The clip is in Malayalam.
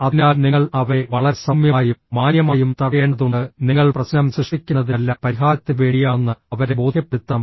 അതിനാൽ നിങ്ങൾ അവരെ വളരെ സൌമ്യമായും മാന്യമായും തടയേണ്ടതുണ്ട് നിങ്ങൾ പ്രശ്നം സൃഷ്ടിക്കുന്നതിനല്ല പരിഹാരത്തിനുവേണ്ടിയാണെന്ന് അവരെ ബോധ്യപ്പെടുത്തണം